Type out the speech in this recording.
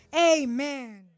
amen